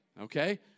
Okay